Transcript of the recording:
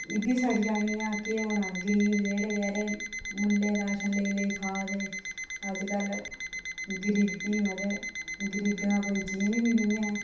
इब्भी सड़ी जानियां केह् होना गरीब जेह्ड़़े बचौरे मुल्लें राशन लेई लेई खा दे अज्ज कल्ल गरीबी ते गरीबें दा कोई जीन के नेईं ऐ